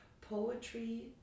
poetry